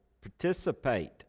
participate